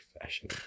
fashion